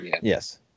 Yes